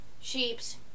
sheeps